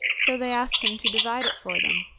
so they asked him to divide it for them.